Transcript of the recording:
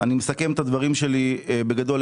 אני מסכם את הדברים שלי בגדול.